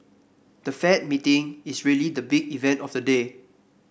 the Fed meeting is really the big event of the day